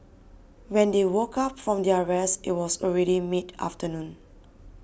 when they woke up from their rest it was already mid afternoon